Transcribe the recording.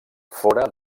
fóra